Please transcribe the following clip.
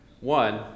One